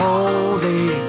Holy